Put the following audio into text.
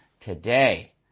today